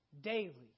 daily